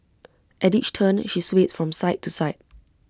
at each turn she swayed from side to side